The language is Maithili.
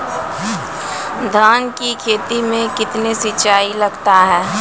धान की खेती मे कितने सिंचाई लगता है?